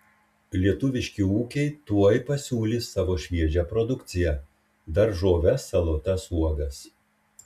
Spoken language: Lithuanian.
lietuviški ūkiai tuoj pasiūlys savo šviežią produkciją daržoves salotas uogas